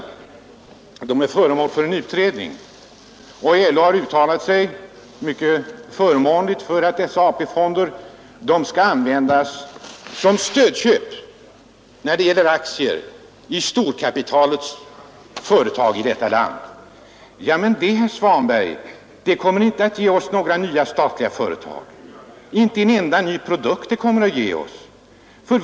Förslaget är föremål för utredning, och LO har uttalat sig mycket positivt för att AP-fonderna skall användas till stödköp av aktier i storkapitalets företag i detta land. Det kommer inte att ge oss några nya statliga företag, herr Svanberg. Inte en enda ny produkt kommer det att ge oss.